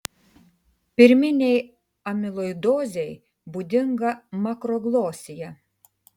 pirminei amiloidozei būdinga makroglosija